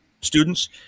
students